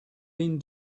been